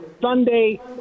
Sunday